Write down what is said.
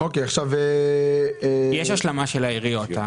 יש השלמה של העיריות.